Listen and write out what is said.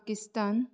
Pakistan